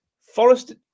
Forest